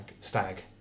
stag